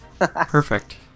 Perfect